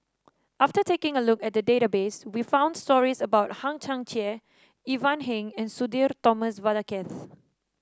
after taking a look at the database we found stories about Hang Chang Chieh Ivan Heng and Sudhir Thomas Vadaketh